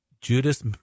Judas